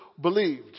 believed